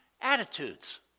attitudes